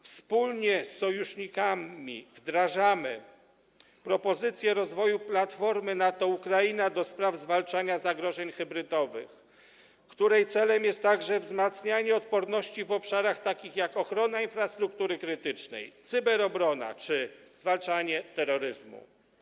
Wspólnie z sojusznikami wdrażamy propozycje rozwoju Platformy NATO-Ukraina ds. zwalczania zagrożeń hybrydowych, której celem jest także wzmacnianie odporności w obszarach takich jak ochrona infrastruktury krytycznej, cyberobrona czy zwalczanie terroryzmu.